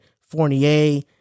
Fournier